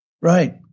Right